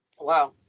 Wow